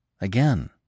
again